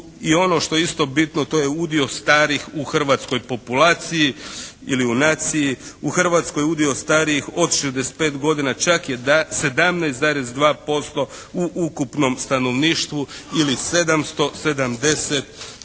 I ono što je isto bitno to je udio starih u hrvatskoj populaciji ili u naciji. U Hrvatskoj je udio starijih od 65 godina čak 17,2% u ukupnom stanovništvu ili 770